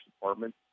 department